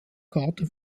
karte